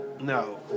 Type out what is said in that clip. No